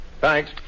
Thanks